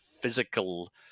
physical